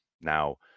Now